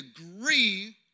agree